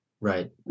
right